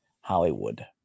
Hollywood